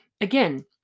again